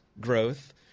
growth